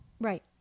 right